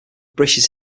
british